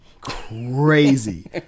crazy